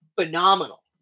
phenomenal